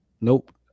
Nope